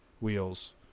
Wheels